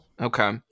Okay